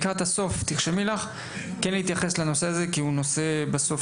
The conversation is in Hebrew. לקראת הסוף תרשמי לך להתייחס לנושא הזה כי אני מבין,